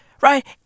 Right